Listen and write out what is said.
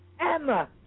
Emma